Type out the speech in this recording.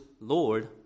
Lord